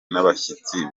n’abashyitsi